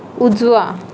उजवा